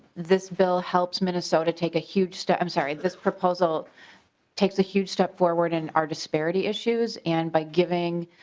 this bill helps of minnesota take a huge step um sorry this proposal takes a huge step forward in our disparity issues and by giving